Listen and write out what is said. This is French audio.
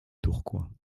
tourcoing